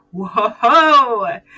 whoa